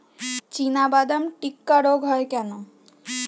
চিনাবাদাম টিক্কা রোগ হয় কেন?